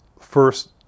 first